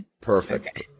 Perfect